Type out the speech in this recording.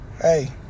hey